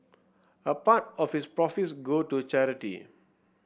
a part of its profits go to charity